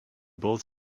both